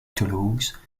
toulouse